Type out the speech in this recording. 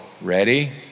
ready